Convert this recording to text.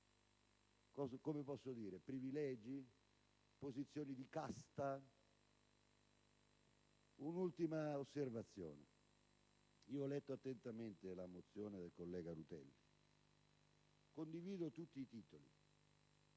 come posso dire? - privilegi o posizioni di casta. Un'ultima osservazione: ho letto attentamente la mozione del collega Rutelli e ne condivido tutti i titoli,